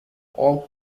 all